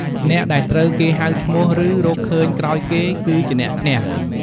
អ្នកដែលត្រូវគេហៅឈ្មោះ ឬ រកឃើញក្រោយគេគឺជាអ្នកឈ្នះ។